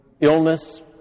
illness